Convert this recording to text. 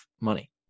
money